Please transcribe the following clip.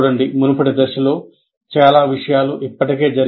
మునుపటి దశల్లో చాలా విషయాలు ఇప్పటికే జరిగాయి